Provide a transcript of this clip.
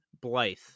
Blythe